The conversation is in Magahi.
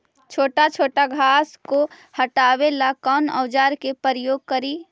छोटा छोटा घास को हटाबे ला कौन औजार के प्रयोग करि?